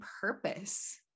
purpose